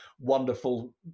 wonderful